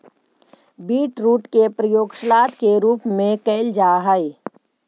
beetroot के प्रयोग सलाद के रूप में कैल जा हइ